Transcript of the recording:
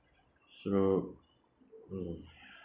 so mm